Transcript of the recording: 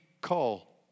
call